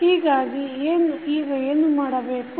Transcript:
ಹೀಗಾಗಿ ಈಗ ಏನು ಮಾಡಬೇಕು